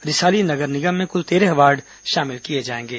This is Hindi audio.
रिसाली नगर निगम में कुल तेरह वार्ड शामिल किए जाएंगे